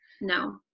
No